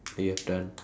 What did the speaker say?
that you have done